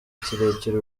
kirekire